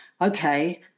okay